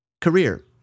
Career